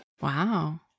Wow